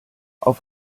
auf